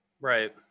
Right